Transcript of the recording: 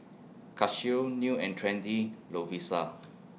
Casio New and Trendy Lovisa